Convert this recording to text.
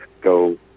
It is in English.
go